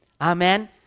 Amen